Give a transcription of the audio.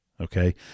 okay